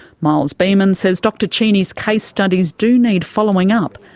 miles beaman says dr cheney's case studies do need following up.